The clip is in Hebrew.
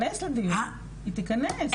היא תכנס לדיון.